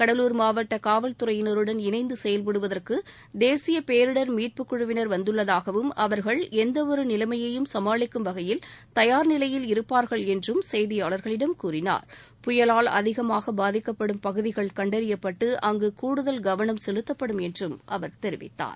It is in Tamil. கடலூர் மாவட்ட காவல்துறையினருடன் இணைந்த செயல்படுவதற்கு தேசிய பேரிடர் மீட்புக்குழுவினர் வந்துள்ளதாகவும் அவர்கள் எந்த ஒரு நிலைமையையும் சமாளிக்கும் வகையில் தயார் நிலையில் இருப்பார்கள் என்றும் செய்தியாளர்களிடம் கூறினார் புயலால் அதிகமாக பாதிக்கப்படும் பகுதிகள் கண்டறியப்பட்டு அங்கு கூடுதல் கவனம் செலுத்தப்படும் என்றும் அவர் தெரிவித்தார்